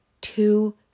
Two